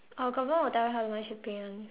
our government will tell you how much to pay [one]